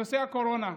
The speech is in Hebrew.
נושא הקורונה.